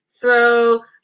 throw